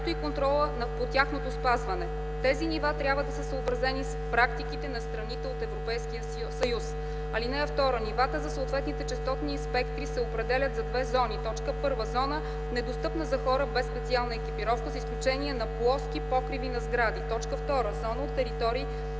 това е много